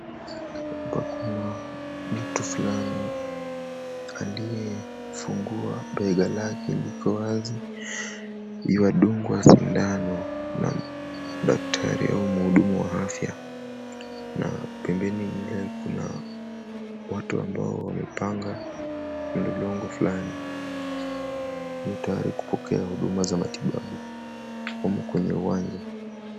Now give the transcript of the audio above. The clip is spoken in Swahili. Hapa kuna mtu flani aliyefungua bega lake liko wazi yuwadungwa sindano na daktari au mhudumu wa afya na pembeni mle kuna watu ambao wamepanga mlolongo flani, tayari kupokea huduma za matibabu, wamo kwenye uwanja.